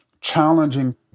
challenging